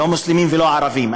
לא מוסלמים ולא ערבים.